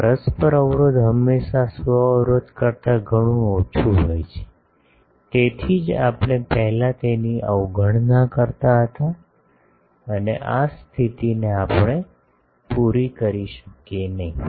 પરસ્પર અવરોધ હંમેશાં સ્વ અવરોધ કરતા ઘણું ઓછું હોય છે તેથી જ આપણે પહેલા તેની અવગણના કરતા હતા અને આ સ્થિતિને આપણે પૂરી કરી શકીએ નહીં